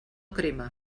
crema